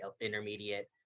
Intermediate